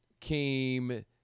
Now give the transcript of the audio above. came